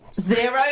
Zero